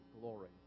glory